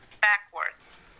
backwards